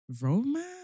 romance